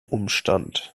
umstand